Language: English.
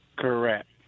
Correct